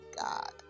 God